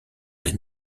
les